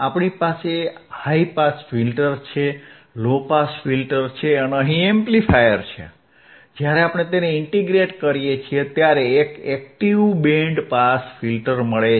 આપણી પાસે high pass filter છે લો પાસ ફિલ્ટર છે અને અહિ એમ્પ્લીફાયર છે જ્યારે આપણે તેને ઇન્ટીગ્રેટ કરીએ છીએ ત્યારે એક એક્ટીવ બેન્ડ પાસ ફિલ્ટર મળે છે